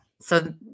So-